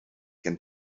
gen